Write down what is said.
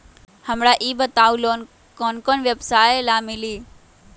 हमरा ई बताऊ लोन कौन कौन व्यवसाय ला मिली?